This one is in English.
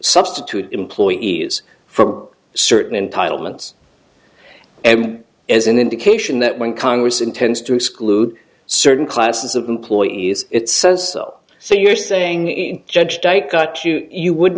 substitute employee as from certain entitlements and as an indication that when congress intends to exclude certain classes of employees it says so you're saying in judge di cut you wouldn't